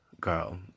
Girl